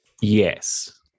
Yes